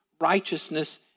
righteousness